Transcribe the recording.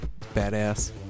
Badass